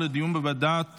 לוועדת